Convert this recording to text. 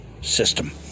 system